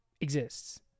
exists